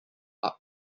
hub